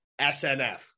SNF